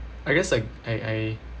I guess like I I